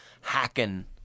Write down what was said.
hacking